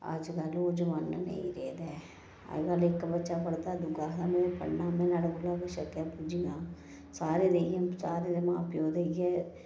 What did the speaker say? अज्जकल ओह् जमाना नेईं रेह्दा ऐ अज्जकल इक बच्चा पढ़दा ते दूआ आखदा में पढ़ना मेंं नुआढ़े कोला बेशक अग्गें पुज्जी जां सारें दे इ'यै बिचार मां प्यौ दे इ'यै